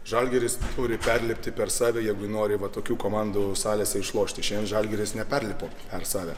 žalgiris turi perlipti per save jeigu nori va tokių komandų salėse išlošti šiandien žalgiris neperlipo per save